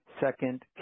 Second